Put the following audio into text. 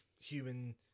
human